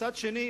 ומצד שני,